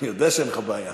אני יודע שאין לך בעיה.